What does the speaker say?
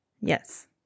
Yes